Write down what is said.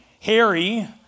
Harry